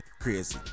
crazy